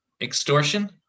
Extortion